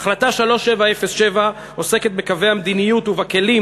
החלטה 3707 עוסקת בקווי המדיניות ובכלים